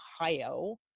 Ohio